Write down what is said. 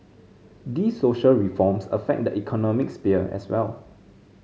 these social reforms affect the economic as well